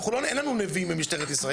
אין לנו נביאים במשטרת ישראל,